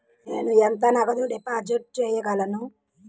నేను ఎంత నగదు డిపాజిట్ చేయగలను?